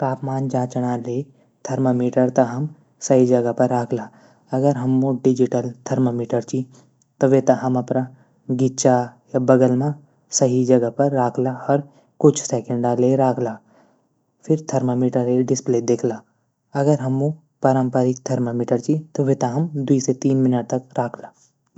तापमान जंचणौ तै थर्मामीटर तै सही जगह पर रखला। अगर हमा डिजिटल थर्मामीटर च त वेथे हम अपड गिचा बगल मा सही जगह पर राखला। कुछ सेकेंड ले रखला। फिर थर्मामीटर डिस्पले अगर हमा पारम्परिक थर्मामीटर च वे थे हम दिवई से तीन मिनट रखला।